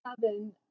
seven